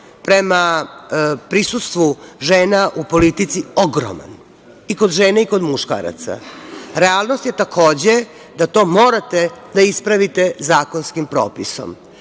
prema prisustvu žena u politici ogroman i kod žena i kod muškaraca. Realnost je, takođe, da to morate da ispravite zakonskim propisom. Šta